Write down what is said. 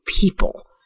people